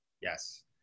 Yes